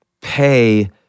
pay